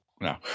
No